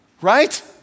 Right